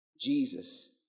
Jesus